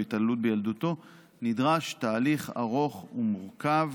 התעללות בילדותו נדרש לתהליך ארוך ומורכב